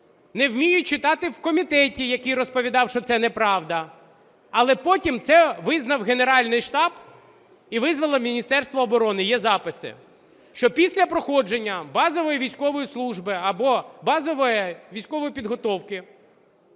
Не вміють читати в комітеті, який розповідав, що це неправда. Але потім це визнав Генеральний штаб і визнало Міністерство оборони, є записи, що після проходження базової військової служби або базової військової підготовки